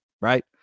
right